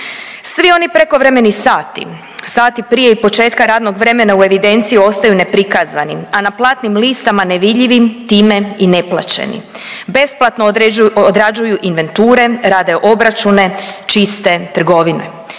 Svi oni prekovremeni sati, sati prije i početka radnog vremena u evidenciji ostaju neprikazani, a na platnim listama nevidljivim time i neplaćeni. Besplatno odrađuju inventure, rade obračune, čiste trgovine.